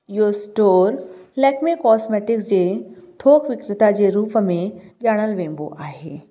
इहो store Lakme cosmetic जे थोक विक्रेता जे रूप में ॼाणण वेंदो आहे